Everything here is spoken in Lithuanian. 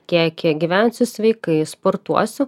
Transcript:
kiek kiek gyvensiu sveikai sportuosiu